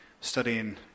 studying